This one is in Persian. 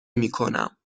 میکنم